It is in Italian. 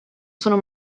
sono